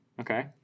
Okay